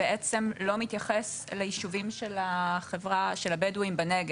לא מתייחס ליישובים של הבדואים בנגב.